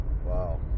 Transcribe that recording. Wow